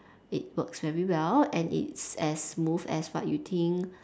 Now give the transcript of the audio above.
it works very well and it's as smooth as what you think